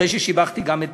אחרי ששיבחתי גם את